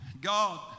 God